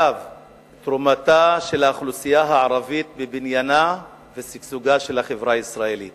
שתרומתה של האוכלוסייה הערבית לבניינה ושגשוגה של החברה הישראלית